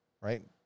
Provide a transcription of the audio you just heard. right